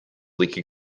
leaky